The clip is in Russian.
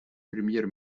премьер